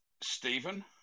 Stephen